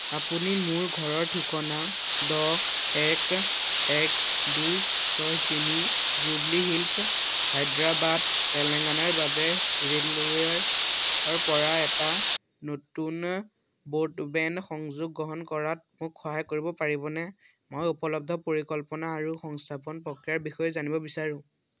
আপুনি মোৰ ঘৰৰ ঠিকনা দহ এক এক দুই ছয় তিনি জুব্লি হিলছ হায়দৰাবাদ তেলেংগানাৰ বাবে ৰেলৱেৰপৰা এটা নতুন ব্ৰডবেণ্ড সংযোগ গ্ৰহণ কৰাত মোক সহায় কৰিব পাৰিবনে মই উপলব্ধ পৰিকল্পনা আৰু সংস্থাপন প্ৰক্ৰিয়াৰ বিষয়ে জানিব বিচাৰোঁ